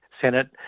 Senate